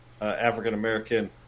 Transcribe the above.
African-American